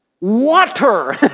water